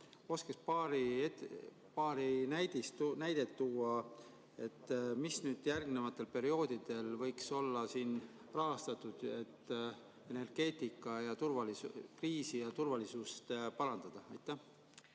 oskaksid paar näidet tuua, mis nüüd järgnevatel perioodidel võiks olla rahastatud, et energeetikat ja turvalisust parandada? Aitäh!